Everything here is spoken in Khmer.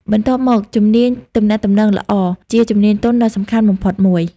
បន្ទាប់មកជំនាញទំនាក់ទំនងល្អ ជាជំនាញទន់ដ៏សំខាន់បំផុតមួយ។